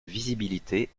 visibilité